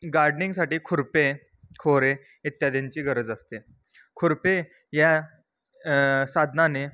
गार्डनिंगसाठी खुरपे खोरे इत्यादींची गरज असते खुरपे या साधनाने